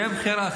זו תהיה בחירה.